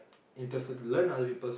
interested to learn other people's